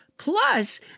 Plus